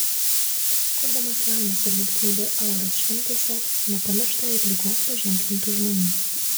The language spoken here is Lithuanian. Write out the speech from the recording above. kurdamas laimės ir linksmybių auras šventėse nepamiršta ir ligos paženklintų žmonių